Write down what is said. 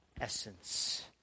essence